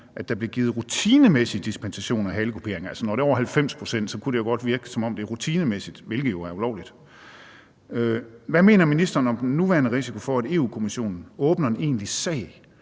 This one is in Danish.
om der blev givet rutinemæssige dispensationer til halekuperinger. Når det er over 90 pct., kunne det jo godt virke, som om det er rutinemæssigt, hvilket er ulovligt. Hvad mener ministeren om den nuværende risiko for, at Europa-Kommissionen åbner en egentlig sag